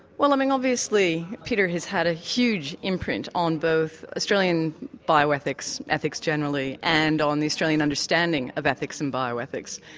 well i mean obviously, peter has had a huge imprint on both australian bioethics, ethics generally, and on the australian understanding of ethics and bioethics.